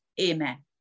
Amen